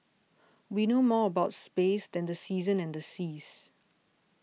we know more about space than the seasons and the seas